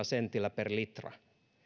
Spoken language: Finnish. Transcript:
sentillä per litra